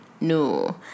no